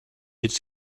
his